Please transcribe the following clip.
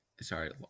Sorry